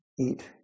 eat